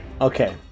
Okay